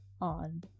on